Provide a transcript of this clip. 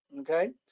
okay